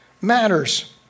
matters